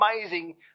amazing